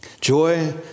Joy